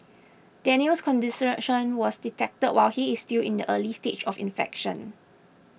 Daniel's was detected while he is still in the early stage of infection